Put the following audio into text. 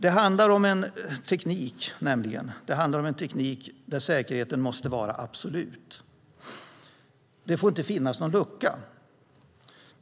Detta handlar nämligen om en teknik där säkerheten måste vara absolut. Det får inte finnas någon lucka.